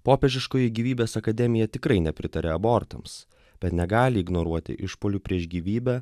popiežiškoji gyvybės akademija tikrai nepritaria abortams bet negali ignoruoti išpuolių prieš gyvybę